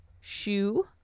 shoe